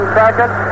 second